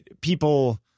people